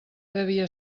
devia